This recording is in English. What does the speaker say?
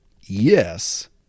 Yes